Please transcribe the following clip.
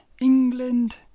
England